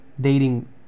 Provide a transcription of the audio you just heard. dating